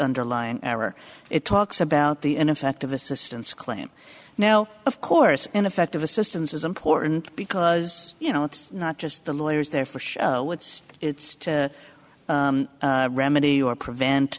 underlying error it talks about the ineffective assistance claim now of course ineffective assistance is important because you know it's not just the lawyers there for show what's its remedy or prevent